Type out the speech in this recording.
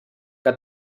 que